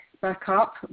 backup